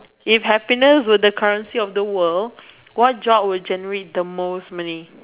if happiness were the currency of the world what job would generate the most money